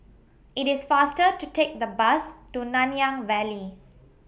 IT IS faster to Take The Bus to Nanyang Valley